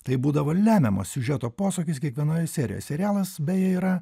tai būdavo lemiamas siužeto posūkis kiekvienoje serijoje serialas beje yra